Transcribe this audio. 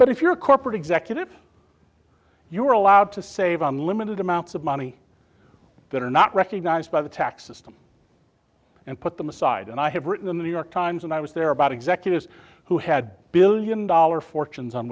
but if you're a corporate executive you're allowed to save unlimited amounts of money that are not recognized by the tax system and put them aside and i have written in the new york times and i was there about executives who had billion dollar fortunes on